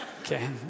Okay